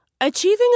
Achieving